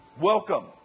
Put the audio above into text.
Welcome